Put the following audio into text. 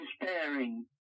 despairing